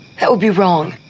that would be wrong.